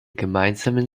gemeinsamen